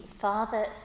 Father